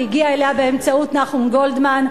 שהגיעה אליה באמצעות נחום גולדמן,